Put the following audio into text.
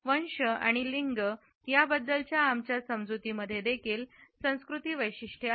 वंश आणि लिंग याबद्दलचे आमच्या समजुती मध्ये देखील संस्कृतीवैशिष्ट्ये आहेत